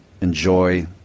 enjoy